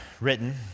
written